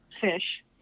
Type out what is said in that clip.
fish